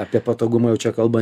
apie patogumą jau čia kalba